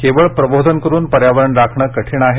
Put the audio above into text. केवळ प्रबोधन करून पर्यावरण राखणं कठीण आहे